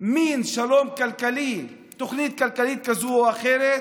מין שלום כלכלי, תוכנית כלכלית כזאת או אחרת,